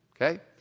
Okay